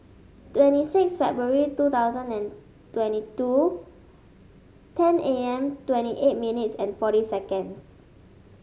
twenty six February two thousand and twenty two ten A M twenty eight minutes and forty seconds